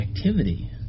activity